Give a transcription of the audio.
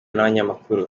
n’abanyamakuru